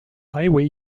highway